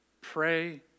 pray